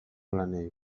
lanei